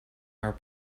our